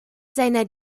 seiner